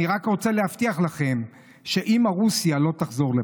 אני רק רוצה להבטיח לכם שאימא רוסיה לא תחזור לפה.